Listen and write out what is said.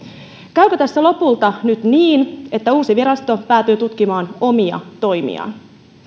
käykö tässä lopulta nyt niin että uusi virasto päätyy tutkimaan omia toimiaan